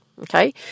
Okay